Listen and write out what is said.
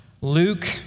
Luke